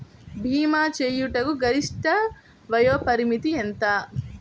భీమా చేయుటకు గరిష్ట వయోపరిమితి ఎంత?